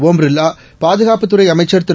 ஓம் பிர்லா பாதுகாப்பு அமைச்சர் திரு